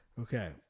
Okay